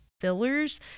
fillers